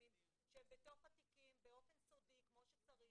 אינטימיים שהם בתוך התיקים באופן סודי כמו שצריך.